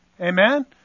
Amen